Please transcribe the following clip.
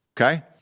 Okay